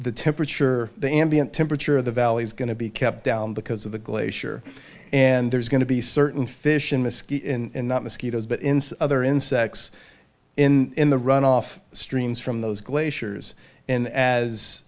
the temperature the ambient temperature of the valley is going to be kept down because of the glacier and there's going to be certain fish in the skin mosquitoes but in other insects in the runoff streams from those glaciers in as